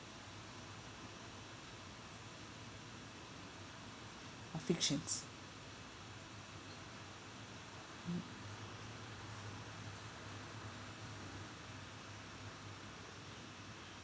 a fictions